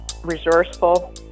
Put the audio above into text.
resourceful